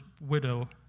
widow